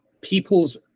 people's